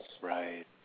Right